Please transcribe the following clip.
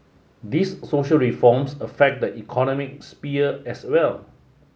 these social reforms affect the economic sphere as well